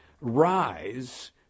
rise